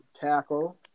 tackle